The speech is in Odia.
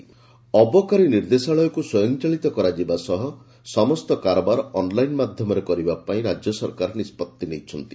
ଅବକାରୀ ସମୀକ୍ଷା ଅବକାରୀ ନିର୍ଦ୍ଦେଶାଳୟକୁ ସ୍ୱୟଂ ଚାଳିତ କରାଯିବା ସହ ସମସ୍ତ କାରବାର ଅନ୍ଲାଇନ୍ ମାଧ୍ଧମରେ କରିବା ପାଇଁ ସରକାର ନିଷ୍ବତ୍ତି ନେଇଛନ୍ତି